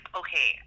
okay